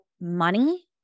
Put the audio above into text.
money